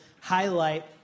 highlight